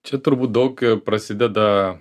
čia turbūt daug prasideda